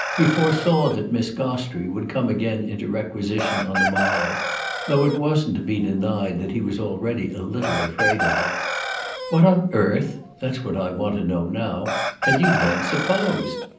he foresaw that miss gostrey would come again into requisition on the morrow though it wasn't to be denied that he was already a little afraid of her what on earth that's what i want to know now had you then supposed?